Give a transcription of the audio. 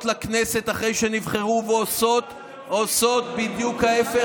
לכנסת אחרי שנבחרו ועושות בדיוק ההפך,